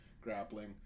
grappling